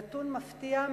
נתון מפתיע,